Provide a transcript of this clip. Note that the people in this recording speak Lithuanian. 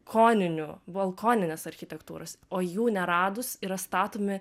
koninių balkoninės architektūros o jų neradus yra statomi